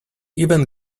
even